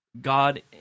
God